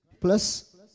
plus